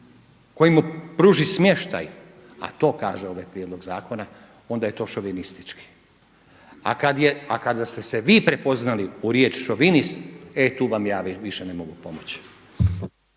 koji mu pruži smještaj, a to kaže ovaj prijedlog zakona onda je to šovinistički. A kada ste se vi prepoznali u riječ šovinist e tu vam ja više ne mogu pomoći.